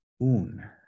un